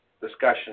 discussion